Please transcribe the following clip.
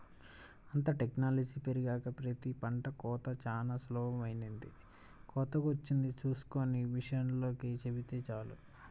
అంతా టెక్నాలజీ పెరిగినాక ప్రతి పంట కోతా చానా సులభమైపొయ్యింది, కోతకొచ్చింది చూస్కొని మిషనోల్లకి చెబితే చాలు